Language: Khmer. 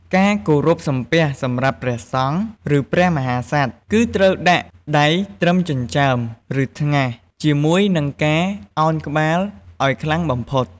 ការគោរពសំពះសម្រាប់ព្រះសង្ឃ ឬព្រះមហាក្សត្រ គឺត្រូវដាក់ ដៃត្រឹមចិញ្ចើម ឬថ្ងាស ជាមួយនឹងការឱនក្បាលឱ្យខ្លាំងបំផុត។